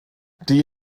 die